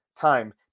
time